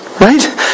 Right